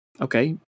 okay